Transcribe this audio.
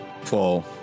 fall